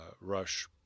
Rush